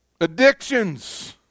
Addictions